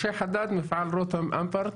משה חדד, מפעל רותם-אמפרט.